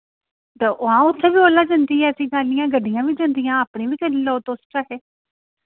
ते हां उत्थै बी ओला जंदी ऐ ऐसी गल्ल निं ऐ गड्डियां बी जन्दियां अपने बी चली लाओ तुस वैसे